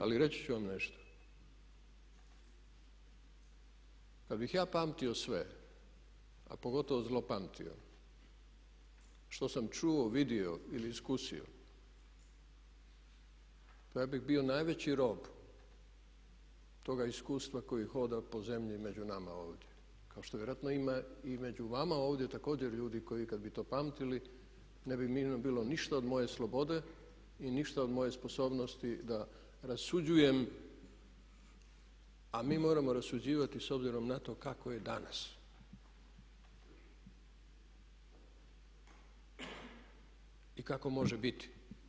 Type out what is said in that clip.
Ali reći ću vam nešto, kad bih ja pamtio sve a pogotovo zlopamtio što sam čuo, vidio ili iskusio pa ja bih bio najveći rob toga iskustva koji hoda po zemlji među nama ovdje kao što vjerojatno ima i među vama ovdje također ljudi koji kad bi to pamtili, ne bi mirno bilo ništa od moje slobode i ništa od moje sposobnosti da rasuđujem a mi moramo rasuđivati s obzirom na to kako je danas i kako može biti.